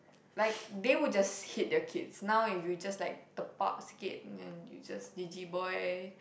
like they would just hit their kids now if you just like tepak sikit kan you just jiji boy